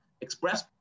express